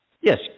Yes